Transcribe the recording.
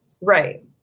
Right